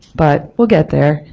but we'll get there.